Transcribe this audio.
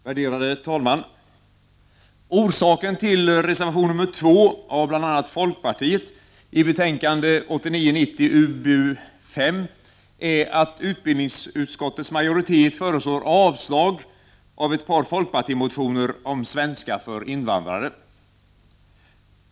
Värderade talman! Orsaken till reservation nr 2 av bl.a. folkpartiet i betänkande 1989/90:UbUS är att utbildningsutskottets majoritet föreslår avslag av ett par folkpartimotioner om svenska för invandrare.